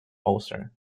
ulcer